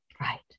Right